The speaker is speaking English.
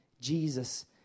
Jesus